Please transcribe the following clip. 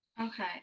Okay